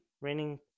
Raining